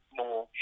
more